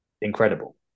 incredible